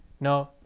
no